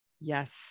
Yes